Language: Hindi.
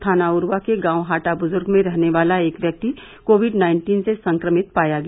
थाना उरूवा के गांव हाटा ब्जर्ग में रहने वाला एक व्यक्ति कोविड नाइन्टीन से संक्रमित पाया गया